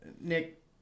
Nick